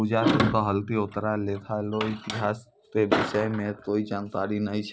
पूजा ने कहलकै ओकरा लेखा रो इतिहास के विषय म कोई जानकारी नय छै